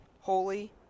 holy